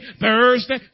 Thursday